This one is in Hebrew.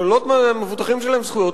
שוללות מהמבוטחים שלהן זכויות,